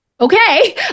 Okay